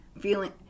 feeling